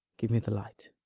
give me the light